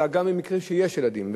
אלא גם במקרים שיש ילדים.